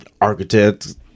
architects